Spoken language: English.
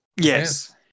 Yes